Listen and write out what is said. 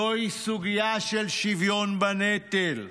זוהי סוגיה של שוויון בנטל,